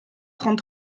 trente